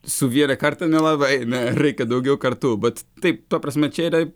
su vieną kartą melavai ne reikia daugiau kartų bet taip ta prasme čia yra